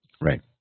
Right